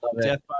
death